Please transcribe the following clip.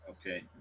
Okay